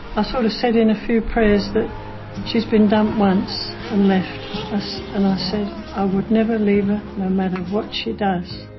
i sort of said in a few prayers that she's been dumped once and left us, and i said i would never leave her no matter what she does.